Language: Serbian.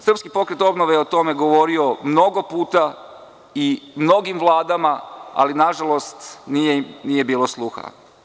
Srpski pokret obnove je o tome govorio mnogo puta i mnogim vladama, ali nažalost nije bilo sluha.